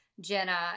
Jenna